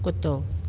कुतो